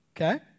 Okay